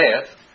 death